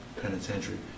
penitentiary